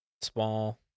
small